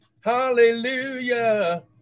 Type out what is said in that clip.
hallelujah